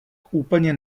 úplně